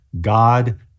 God